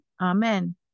amen